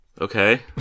Okay